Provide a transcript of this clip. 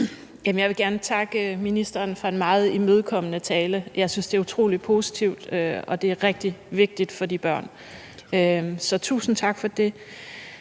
Jeg vil gerne takke ministeren for en meget imødekommende tale. Jeg synes, det er utrolig positivt, og det er rigtig vigtigt for de børn, så tusind tak for det.